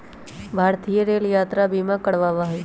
भारतीय रेल यात्रा बीमा करवावा हई